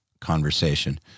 conversation